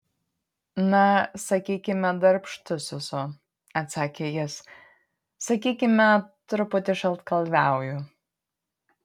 na sakykime darbštus esu atsakė jis sakykime truputį šaltkalviauju